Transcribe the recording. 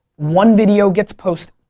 one video gets posted,